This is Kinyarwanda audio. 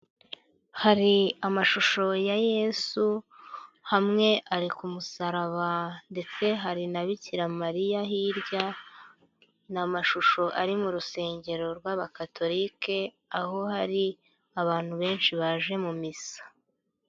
Hari amashusho ya yesu, hamwe ari ku musaraba ndetse hari na Bikira Mariya hirya, ni amashusho ari mu rusengero rw'abakatolike, aho hari abantu benshi baje mu misa.